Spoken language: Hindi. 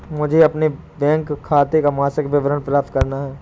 मुझे अपने बैंक खाते का मासिक विवरण प्राप्त करना है?